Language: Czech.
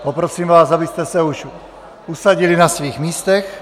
Poprosím vás, abyste se už usadili na svých místech.